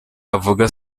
avuga